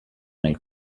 nel